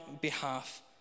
behalf